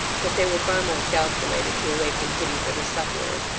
that they were far more calculated to awaken pity for the sufferers,